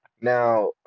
Now